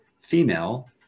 female